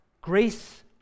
Grace